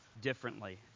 differently